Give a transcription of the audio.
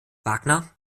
wagner